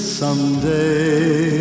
someday